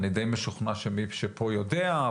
אני די משוכנע שמי שפה יודע,